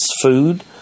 food